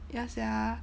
ya sia